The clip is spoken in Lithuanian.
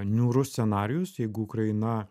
niūrus scenarijus jeigu ukraina